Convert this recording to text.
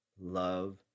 love